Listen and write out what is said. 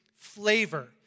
flavor